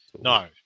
No